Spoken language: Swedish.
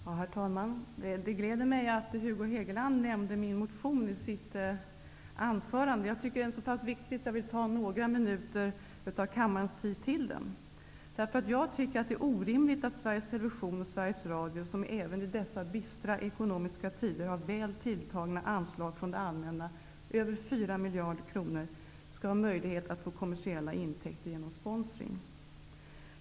Herr talman! Det gläder mig att Hugo Hegeland nämnde min motion i sitt anförande. Motionen är så pass viktig att jag vill ta några minuter av kammarens tid i anspråk för att tala om den. Det är orimligt att Sveriges Television och Sveriges Radio som även i dessa bistra ekonomiska tider har väl tilltagna anslag från det allmänna, över 4 miljarder kronor, skall ha möjlighet att få kommersiella intäkter genom sponsring.